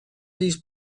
these